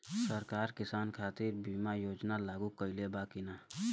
सरकार किसान खातिर बीमा योजना लागू कईले बा की ना?